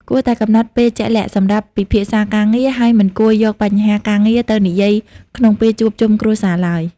គួរតែកំណត់ពេលជាក់លាក់សម្រាប់ពិភាក្សាការងារ ហើយមិនគួរយកបញ្ហាការងារទៅនិយាយក្នុងពេលជួបជុំគ្រួសារឡើយ។